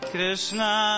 Krishna